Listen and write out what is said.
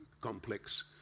complex